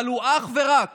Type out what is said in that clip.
אבל הוא אך ורק